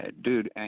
Dude